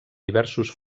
diversos